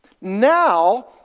Now